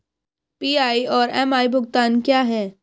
PI और MI भुगतान क्या हैं?